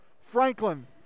Franklin